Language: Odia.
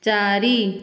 ଚାରି